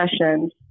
sessions